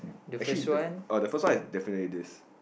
actually the uh the first one is definitely this